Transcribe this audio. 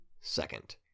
Second